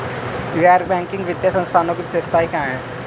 गैर बैंकिंग वित्तीय संस्थानों की विशेषताएं क्या हैं?